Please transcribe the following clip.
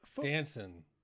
dancing